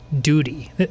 duty